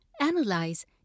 Analyze